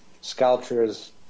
sculptures